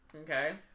Okay